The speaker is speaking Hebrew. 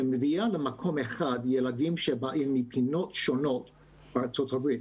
שמביא למקום אחד ילדים שבאים ממדינות שונות בארצות הברית,